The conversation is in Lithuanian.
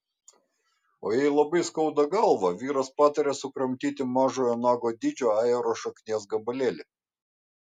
o jei labai skauda galvą vyras patarė sukramtyti mažojo nago dydžio ajero šaknies gabalėlį